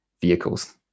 vehicles